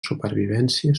supervivència